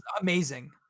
amazing